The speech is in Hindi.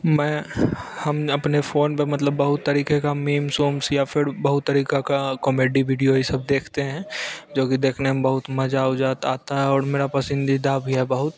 मैं हम अपने फोन पर मतलब बहुत तरीके का मीम्स उम्स या फिड़ बहुत तरीका का कॉमेडी वीडियो ये सब देखते हैं जो कि देखने में बहुत मज़ा उजा आत आता है और मेरा पसंदीदा भी है बहुत